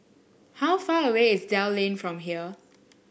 how far away is Dell Lane from here